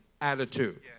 attitude